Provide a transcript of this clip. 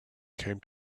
came